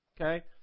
Okay